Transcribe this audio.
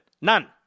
None